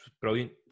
brilliant